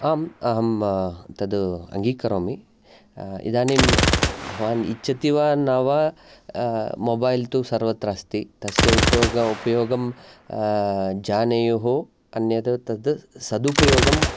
आम् अहं तद् अङ्गीकरोमि इदानीं भवान् इच्छति वा न वा मोबैल् तु सर्वत्र अस्ति तस्य विपोगं उपयोगं जानेयुः अन्यद् तद् सदुपयोगं